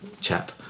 chap